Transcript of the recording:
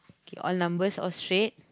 okay all numbers all straight